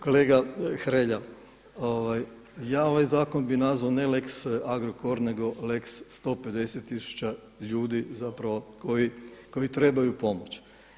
Kolega Hrelja, ja ovaj zakon bih nazvao ne lex Agrokor nego lex 150 tisuća ljudi zapravo koji trebaju pomoć.